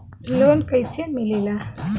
Loan कईसे मिलेला?